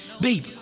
babe